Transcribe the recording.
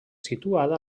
situada